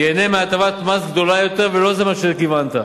ייהנה מהטבת מס גדולה יותר, ולא זה מה שכיוונת.